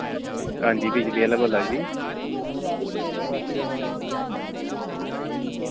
हां जी बिजली आह्ला बोला दा जी